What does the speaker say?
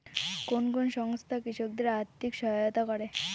কোন কোন সংস্থা কৃষকদের আর্থিক সহায়তা করে?